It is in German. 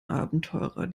abenteurer